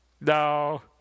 No